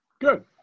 Good